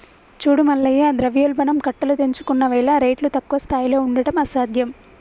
చూడు మల్లయ్య ద్రవ్యోల్బణం కట్టలు తెంచుకున్నవేల రేట్లు తక్కువ స్థాయిలో ఉండడం అసాధ్యం